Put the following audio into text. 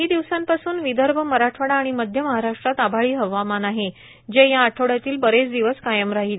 गेल्या काही दिवसांपासून विदर्भ मराठवाडा आणि मध्य महाराष्ट्रात आभाळी हवामान आहे जे या आठवड़यातील बरेच दिवस कायम राहील